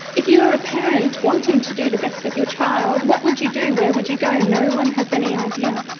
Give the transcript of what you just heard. if you are a parent wanting to do the best with your child, child, what would you do? where would you go? no one has any idea.